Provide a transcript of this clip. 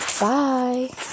Bye